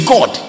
God